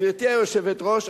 גברתי היושבת-ראש,